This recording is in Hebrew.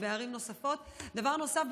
דבר נוסף,